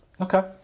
Okay